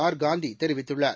ஆர்காந்தி தெரிவித்தள்ளார்